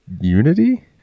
Unity